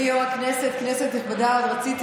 אבל רציתי